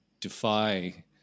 defy